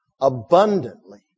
abundantly